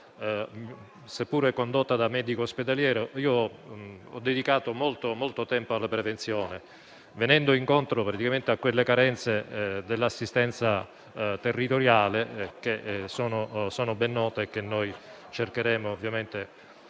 seppur condotta da medico ospedaliero, ho dedicato davvero molto tempo alla prevenzione, andando incontro alle carenze dell'assistenza territoriale che sono ben note e che cercheremo di sanare